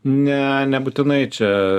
ne nebūtinai čia